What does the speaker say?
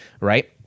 Right